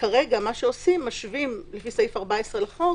וכרגע משווים לפי סעיף 14 לחוק